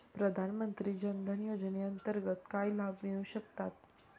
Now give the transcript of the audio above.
प्रधानमंत्री जनधन योजनेअंतर्गत काय लाभ मिळू शकतात?